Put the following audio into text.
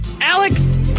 Alex